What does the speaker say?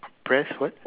press what